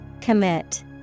Commit